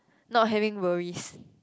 not having worries